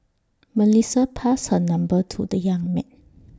Melissa passed her number to the young man